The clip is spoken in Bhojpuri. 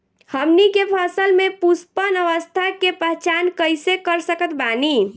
हमनी के फसल में पुष्पन अवस्था के पहचान कइसे कर सकत बानी?